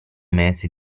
mese